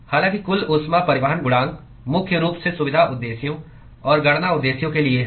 हालांकि कुल ऊष्मा परिवहन गुणांक मुख्य रूप से सुविधा उद्देश्यों और गणना उद्देश्यों के लिए है